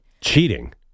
Cheating